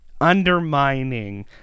undermining